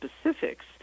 specifics